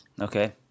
okay